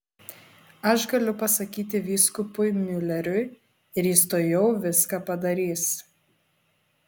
aš galiu pasakyti vyskupui miuleriui ir jis tuojau viską padarys